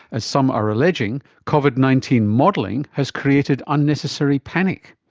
as some are alleging, covid nineteen modelling has created unnecessary panic.